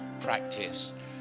Practice